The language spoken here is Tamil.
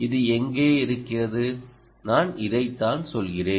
இது இங்கே இருக்கிறது நான் இதை தான் சொல்கிறேன்